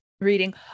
reading